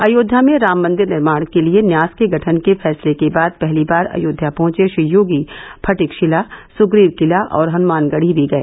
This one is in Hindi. अयोध्या में राममंदिर निर्माण के लिए न्यास के गठन के फैसले के बाद पहली बार अयोध्या पहुंचे श्री योगी फटिक शिला सुग्रीव किला और हनुमानगढी भी गए